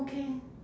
okay